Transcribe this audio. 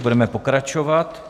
Budeme pokračovat.